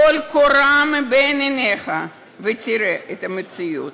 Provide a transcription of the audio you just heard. טול קורה מבין עיניך ותראה את המציאות.